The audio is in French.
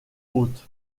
hôtes